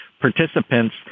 participants